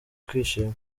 kwishima